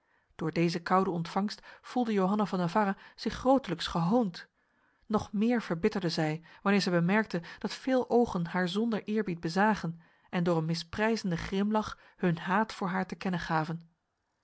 door deze koude ontvangst voelde johanna van navarra zich grotelijks gehoond nog meer verbitterde zij wanneer zij bemerkte dat veel ogen haar zonder eerbied bezagen en door een misprijzende grimlach hun haat voor haar te kennen gaven